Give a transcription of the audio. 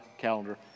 calendar